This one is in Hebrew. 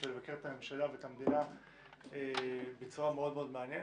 ולבקר את הממשלה ואת המדינה בצורה מאוד מאוד מעניינת.